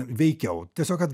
veikiau tiesiog kad